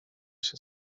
się